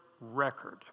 record